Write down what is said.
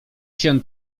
się